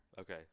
Okay